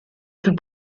plus